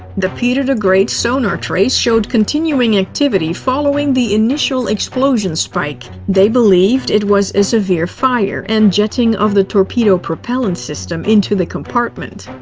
the peter the great's sonar trace showed continuing activity following the initial explosion spike. they believed it was a severe fire and jetting of the torpedo propellant system into the compartment.